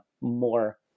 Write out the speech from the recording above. more